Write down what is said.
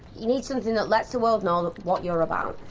you need something that lets the world know like what you're about.